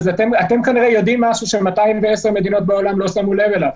אתם כנראה יודעים משהו ש-210 מדינות בעולם לא שמו אליו,